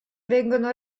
vengono